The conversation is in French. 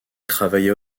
travaillait